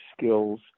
skills